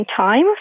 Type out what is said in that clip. time